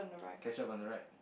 ketchup on the right